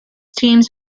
teams